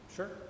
Sure